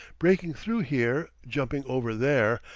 breaking through here, jumping over there,